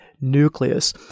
nucleus